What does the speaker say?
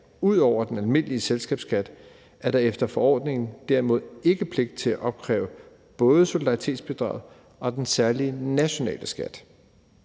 ud over den almindelige selskabsskat, er der efter forordningen derimod ikke pligt til at opkræve både solidaritetsbidraget og den særlige nationale skat.